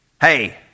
Hey